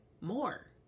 more